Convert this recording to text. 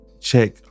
check